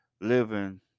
living